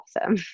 awesome